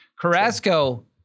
Carrasco